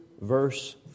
verse